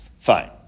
Fine